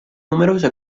numeroso